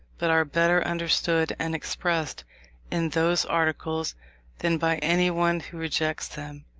but are better understood and expressed in those articles than by anyone who rejects them.